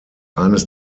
eines